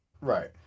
right